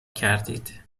کردید